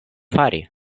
fari